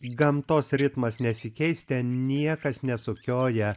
gamtos ritmas nesikeis ten niekas nesukioja